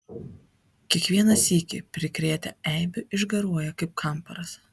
kiekvieną sykį prikrėtę eibių išgaruoja kaip kamparas